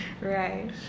Right